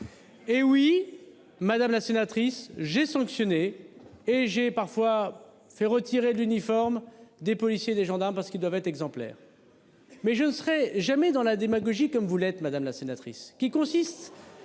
Hé oui madame la sénatrice, j'ai son. Et j'ai parfois fait retirer de l'uniforme des policiers, des gendarmes parce qu'ils doivent être exemplaires. Mais je ne serai jamais dans la démagogie, comme vous l'êtes madame la sénatrice, qui consiste.